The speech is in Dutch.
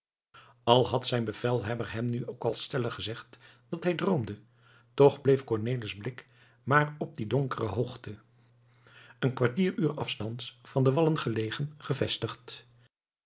al had zijn bevelhebber hem nu ook al stellig gezegd dat hij droomde toch bleef cornelis blik maar op die donkere hoogte een kwartier uur afstands van de wallen gelegen gevestigd